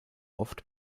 oft